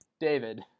David